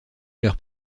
leur